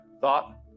thought